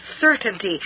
certainty